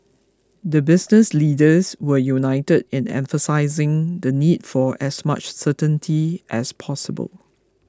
the business leaders were united in emphasising the need for as much certainty as possible